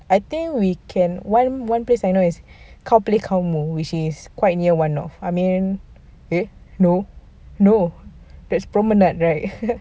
I think we can one one place I know is cow play cow moo which is quite near one of I mean eh no no that's promenade right